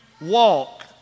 walk